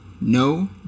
no